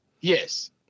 Yes